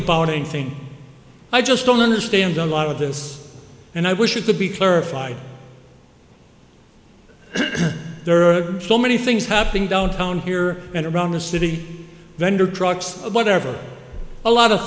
about anything i just don't understand a lot of this and i wish it could be clarified there are so many things happening downtown here and around the city vendor trucks whatever a lot of